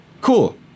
cool